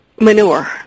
manure